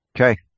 Okay